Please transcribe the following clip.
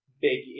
big